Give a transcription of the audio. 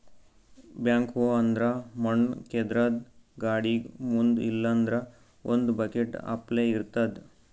backhoe ಅಂದ್ರ ಮಣ್ಣ್ ಕೇದ್ರದ್ದ್ ಗಾಡಿಗ್ ಮುಂದ್ ಇಲ್ಲಂದ್ರ ಒಂದ್ ಬಕೆಟ್ ಅಪ್ಲೆ ಇರ್ತದ್